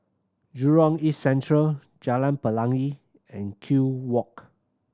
Jurong East Central Jalan Pelangi and Kew Walk